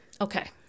Okay